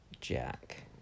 Jack